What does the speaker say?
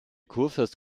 kurfürst